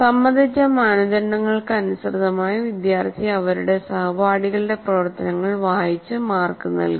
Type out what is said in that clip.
സമ്മതിച്ച മാനദണ്ഡങ്ങൾക്ക് അനുസൃതമായി വിദ്യാർത്ഥി അവരുടെ സഹപാഠികളുടെ പ്രവർത്തനങ്ങൾ വായിച്ചു മാർക്ക് നൽകുന്നു